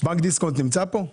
בנק דיסקונט נמצא פה?